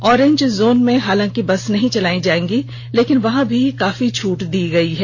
orange zone में हालाँकि bus नहीं चलेंगी लेकिन वहां भी काफी छूट दी गयी है